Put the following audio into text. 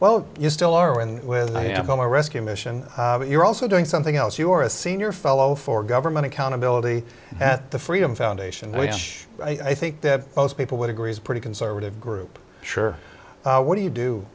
well you still are in with him from a rescue mission but you're also doing something else you're a senior fellow for government accountability at the freedom foundation which i think that most people would agree is a pretty conservative group sure what do you do